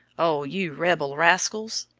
oh, you rebel rascals!